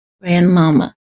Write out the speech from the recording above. grandmama